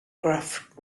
graf